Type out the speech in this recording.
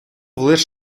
лиш